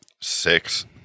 Six